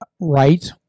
right